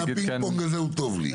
הפינג-פונג הזה הוא טוב לי.